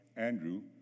Andrew